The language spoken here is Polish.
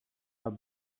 lat